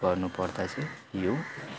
गर्नु पर्दा चाहिँ यो